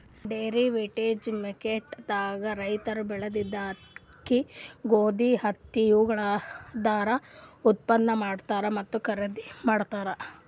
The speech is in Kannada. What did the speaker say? ಡೆರಿವೇಟಿವ್ಜ್ ಮಾರ್ಕೆಟ್ ದಾಗ್ ರೈತರ್ ಬೆಳೆದಿದ್ದ ಅಕ್ಕಿ ಗೋಧಿ ಹತ್ತಿ ಇವುದರ ಉತ್ಪನ್ನ್ ಮಾರಾಟ್ ಮತ್ತ್ ಖರೀದಿ ಮಾಡ್ತದ್